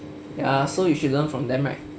ya so you should learn from them right